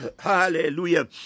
hallelujah